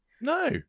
No